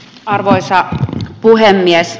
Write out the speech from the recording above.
arvoisa puhemies